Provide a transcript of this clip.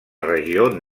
regió